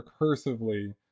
recursively